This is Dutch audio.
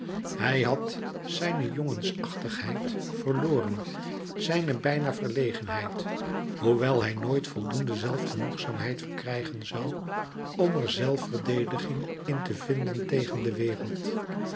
hij had zijne jongensachtigheid verloren zijne bijna verlegenheid hoewel hij nooit voldoende zelfgenoegzaamheid verkrijgen zoû om er zelfverdediging in te vinden tegen de wereld